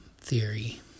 theory